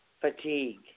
fatigue